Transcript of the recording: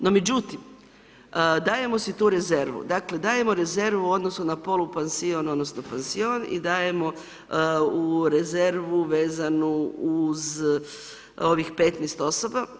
No međutim, dajemo si tu rezervu, dakle dajemo rezervu u odnosu na polupansion odnosno pansion i dajemo u rezervu vezanu uz ovih 15 osoba.